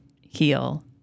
heal